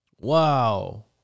wow